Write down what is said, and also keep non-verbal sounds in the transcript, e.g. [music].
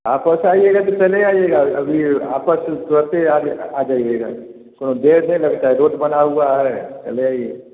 आप तो बस आइएगा तो चले आइएगा अभी आप बस [unintelligible] आ जाइएगा कोनों देर नहीं लगता है जोत बना हुआ है पहले ही